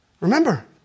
Remember